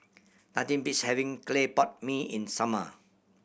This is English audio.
nothing beats having clay pot mee in summer